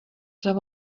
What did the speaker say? there